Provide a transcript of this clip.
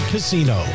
Casino